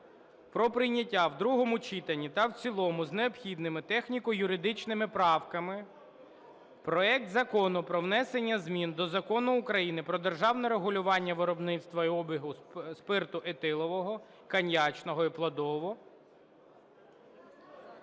про прийняття в другому читанні та в цілому з необхідними техніко-юридичними правками проект Закону про внесення змін до Закону України "Про державне регулювання виробництва і обігу спирту етилового, коньячного і плодового…